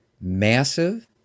massive